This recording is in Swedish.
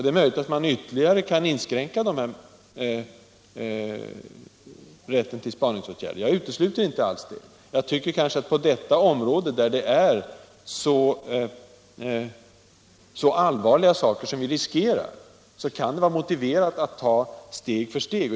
Det är möjligt att man ytterligare kan inskränka rätten till spaningsåtgärder. Jag utesluter inte alls det. Men jag tycker kanske att på detta område, där det är så allvarliga saker som riskeras, kan det vara motiverat att gå steg för steg.